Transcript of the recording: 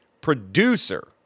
producer